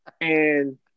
and-